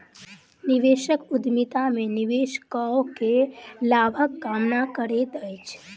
निवेशक उद्यमिता में निवेश कअ के लाभक कामना करैत अछि